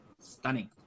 stunning